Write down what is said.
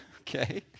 okay